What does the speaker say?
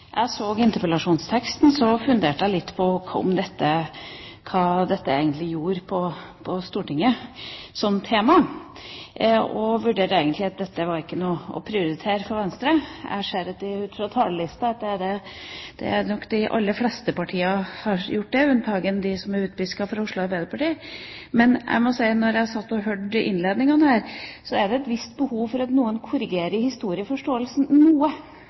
Jeg må innrømme at da jeg så interpellasjonsteksten, funderte jeg litt på hva dette gjorde i Stortinget som tema, og vurderte egentlig at dette ikke var noe å prioritere for Venstre. Jeg ser ut fra talerlista at de aller fleste partier har vurdert det slik, unntatt dem som er utpisket fra Oslo Arbeiderparti. Men etter å ha hørt innledningene her, må jeg si at det er et visst behov for at noen korrigerer historieforståelsen noe